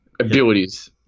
Abilities